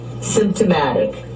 symptomatic